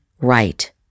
right